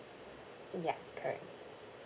ya correct